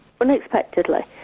unexpectedly